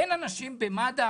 אין אנשים במד"א